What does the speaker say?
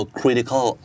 critical